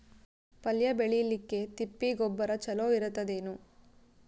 ಪಲ್ಯ ಬೇಳಿಲಿಕ್ಕೆ ತಿಪ್ಪಿ ಗೊಬ್ಬರ ಚಲೋ ಇರತದೇನು?